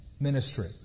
ministry